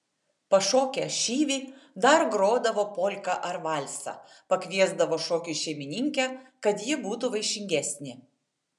pašokę šyvį dar grodavo polką ar valsą pakviesdavo šokiui šeimininkę kad ji būtų vaišingesnė